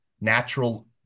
natural